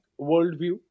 worldview